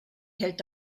hält